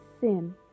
sin